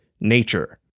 nature